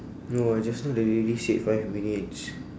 no I just know the lady said five minutes